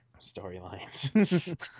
storylines